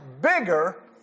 bigger